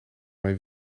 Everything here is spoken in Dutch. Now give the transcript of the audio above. mijn